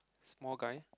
small guy